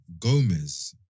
Gomez